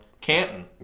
Canton